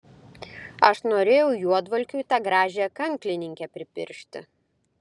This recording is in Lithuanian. aš norėjau juodvalkiui tą gražiąją kanklininkę pripiršti